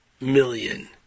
million